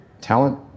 talent